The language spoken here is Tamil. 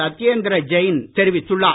சத்யேந்திர ஜெயின் தெரிவித்துள்ளார்